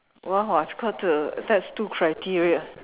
what what's called the that's two criteria